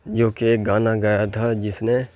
جو کہ ایک گانا گایا تھا جس نے